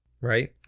right